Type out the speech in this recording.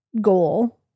goal